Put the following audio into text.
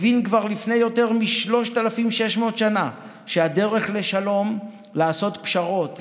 הבין כבר לפני יותר 3,600 שנה שהדרך לשלום היא לעשות פשרות,